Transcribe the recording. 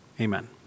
Amen